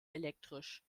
elektrisch